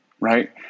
right